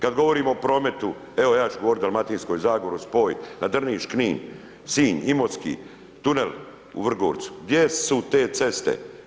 Kad govorimo o prometu, evo ja ću govoriti o Dalmatinskoj zagori, spoj Drniš, Knin, Sinj, Imotski, tunel u Vrgorcu, gdje su te ceste?